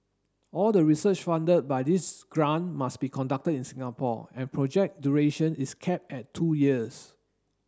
all the research funded by this grant must be conducted in Singapore and project duration is capped at two years